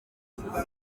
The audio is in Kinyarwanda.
sinzi